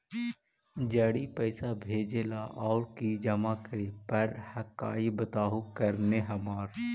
जड़ी पैसा भेजे ला और की जमा करे पर हक्काई बताहु करने हमारा?